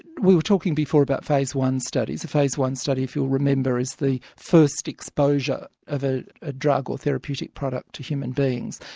we were talking before about phase one studies, a phase one study, if you remember is the first exposure of ah a drug or therapeutic product to human beings,